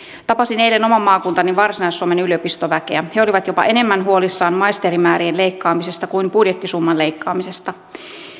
tapasin eilen oman maakuntani varsinais suomen yliopistoväkeä he olivat jopa enemmän huolissaan maisterimäärien leikkaamisesta kuin budjettisumman leikkaamisesta